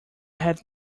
had